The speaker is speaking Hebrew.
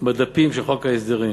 בדפים של חוק ההסדרים